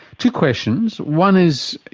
two questions. one is,